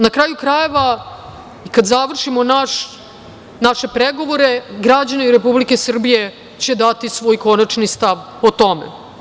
Na kraju krajeva, kada završimo naše pregovore građani Republike Srbije će dati svoj konačni stav o tome.